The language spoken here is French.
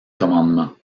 commandement